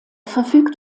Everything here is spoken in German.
verfügt